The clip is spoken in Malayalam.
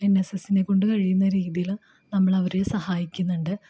എൻ എസ് എസ്സിനെ കൊണ്ടു കഴിയുന്ന രീതിയിൽ നമ്മളവരെ സഹായിക്കുന്നുണ്ട്